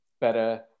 better